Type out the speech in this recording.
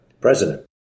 president